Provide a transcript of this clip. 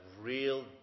real